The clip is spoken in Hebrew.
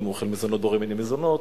ואם הוא אוכל מזונות "בורא מיני מזונות",